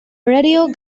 radio